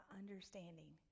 understanding